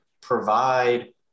provide